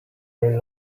rely